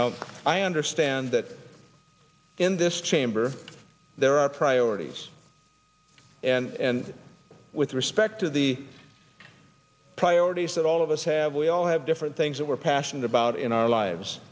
no i understand that in this chamber there are priorities and with respect to the priorities that all of us have we all have different things that we're passionate about in our lives